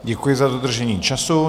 Děkuji za dodržení času.